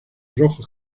rojo